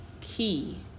key